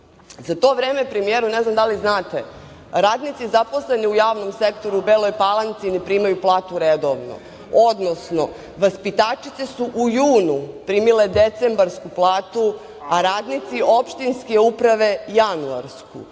to vreme, premijeru, ne znam da li znate, radnici zaposleni u javnom sektoru u Beloj Palanci ne primaju platu redovno, odnosno vaspitačice su u junu primile decembarsku platu, a radnici opštinske uprave januarsku. Meni